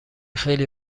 خیلی